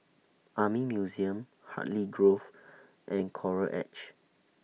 Army Museum Hartley Grove and Coral Edge